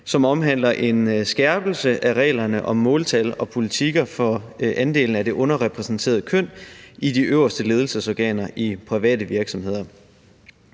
som omhandler en skærpelse af reglerne om måltal og politikker for andelen af det underrepræsenterede køn i de øverste ledelsesorganer i private virksomheder.